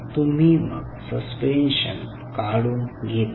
तुम्ही मग सस्पेंशन काढून घेता